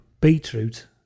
beetroot